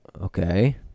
Okay